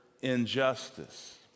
injustice